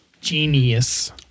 genius